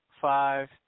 five